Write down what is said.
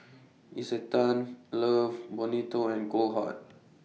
Isetan Love Bonito and Goldheart